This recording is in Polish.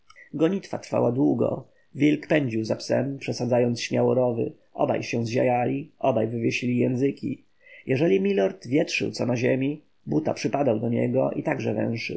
trwała długo wilk pędził za psem przesadzając śmiało rowy obaj się zziajali obaj wywiesili języki jeżeli milord wietrzył co na ziemi buta przypadał do niego i także